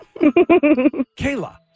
Kayla